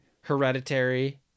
Hereditary